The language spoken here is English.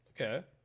Okay